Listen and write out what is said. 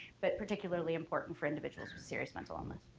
but particularly important for individuals with serious mental illness.